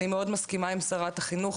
אני מאוד מסכימה עם שרת החינוך,